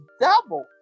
double